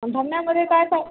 आणि धान्यामध्ये काय काय